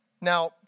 Now